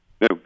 No